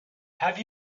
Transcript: have